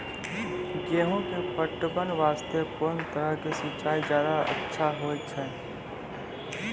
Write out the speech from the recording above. गेहूँ के पटवन वास्ते कोंन तरह के सिंचाई ज्यादा अच्छा होय छै?